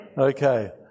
Okay